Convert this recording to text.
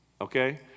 okay